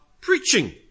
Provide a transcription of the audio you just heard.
preaching